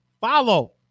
Follow